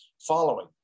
following